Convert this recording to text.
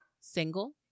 single